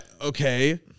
Okay